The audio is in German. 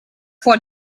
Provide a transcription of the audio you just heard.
vor